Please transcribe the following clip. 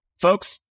Folks